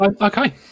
Okay